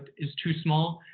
is too small?